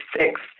six